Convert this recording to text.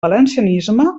valencianisme